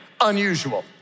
unusual